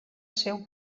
seu